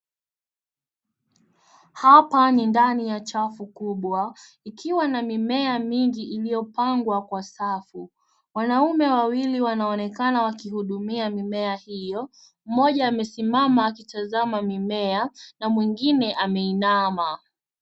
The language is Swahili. Hapa ni ndani ya chafu kubwa ikiwa na mimea mingi iliyopangwa kwa safu. Wanaume wawili wanaonekana wakihudumia mimea hiyo. Mmoja amesimama akitazama mimea na mwingine ameinama.